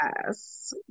Yes